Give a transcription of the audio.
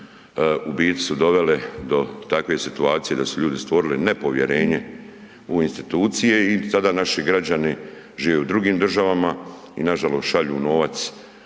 u biti su dovele do takve situacije da su ljudi stvorili nepovjerenje u institucije i sada naši građani žive u drugim državama i nažalost šalju novac